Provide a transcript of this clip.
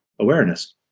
awareness